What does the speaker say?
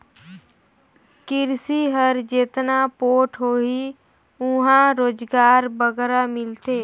किरसी हर जेतना पोठ होही उहां रोजगार बगरा मिलथे